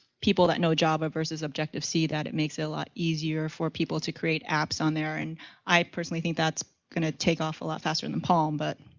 people that know java versus objective-c, that it makes it a lot easier for people to create apps on there. and i personally think that's going to take off a lot faster than palm but